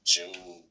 June